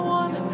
one